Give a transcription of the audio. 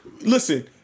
Listen